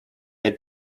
had